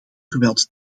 geweld